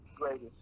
greatest